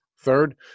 Third